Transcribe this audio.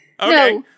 Okay